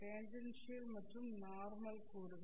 tangential மற்றும் normal கூறுகள்